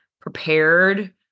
prepared